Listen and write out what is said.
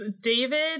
David